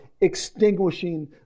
extinguishing